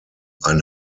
ein